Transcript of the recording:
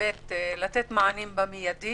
לתת מענים באופן מיידי